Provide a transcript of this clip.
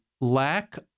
lack